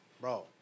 bro